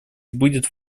будет